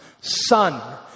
Son